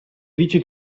dici